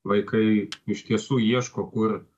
vaikai iš tiesų ieško kur